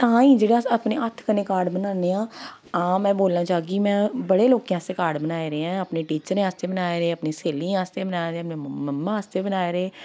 तां गै जेह्ड़े अस अपने हत्थ कन्नै कार्ड बनाने आं आं में बोलना चाह्गी में बड़े लोकें आस्तै कार्ड बनाए दे ऐं में अपने टीचरें आस्तै बनाए दे अपनी स्हेलियें आस्तै बनाए दे मम्मा आस्तै बनाए दे